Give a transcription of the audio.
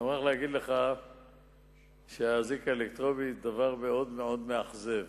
אני מוכרח להגיד לך שהאזיק האלקטרוני הוא דבר מאוד מאוד מאכזב,